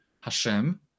Hashem